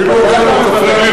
קיפוח, הערבים